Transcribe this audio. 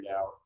out